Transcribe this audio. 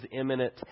imminent